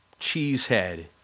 cheesehead